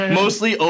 mostly